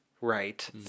right